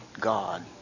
God